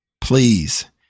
Please